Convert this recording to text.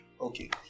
Okay